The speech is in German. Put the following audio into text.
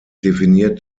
definiert